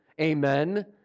Amen